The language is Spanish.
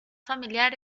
familiar